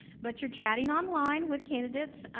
but you're chatting online with candidates.